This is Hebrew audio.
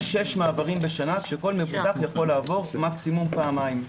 יש שישה מעברים בשנה כשכל מבוטח יכול לעבור מקסימום פעמיים.